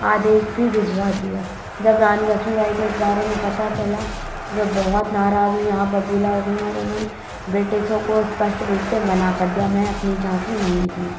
आदेश भी भिजवा दिया जब रानी लक्ष्मीबाई को इस बारे में पता चला तो वो बहुत नाराज़ हुईं आगबबूला हो गईं और उन्होंने ब्रिटिशों को स्पष्ट रूप से मना कर दिया मैं अपनी झाँसी नहीं दूँगी